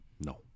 No